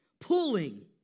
pulling